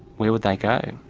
where would they go?